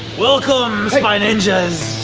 welcome, spy ninjas.